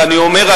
ואני אומר,